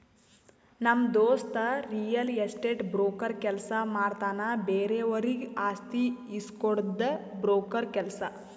ನಮ್ ದೋಸ್ತ real estate broker ಕೆಲ್ಸ ಮಾಡ್ತಾನ್ ಬೇರೆವರಿಗ್ ಆಸ್ತಿ ಇಸ್ಕೊಡ್ಡದೆ ಬ್ರೋಕರ್ ಕೆಲ್ಸ